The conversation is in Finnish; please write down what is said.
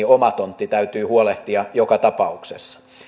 oma tontti täytyy huolehtia joka tapauksessa